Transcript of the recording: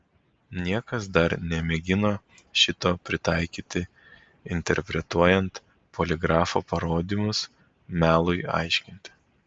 niekas dar nemėgino šito pritaikyti interpretuojant poligrafo parodymus melui aiškinti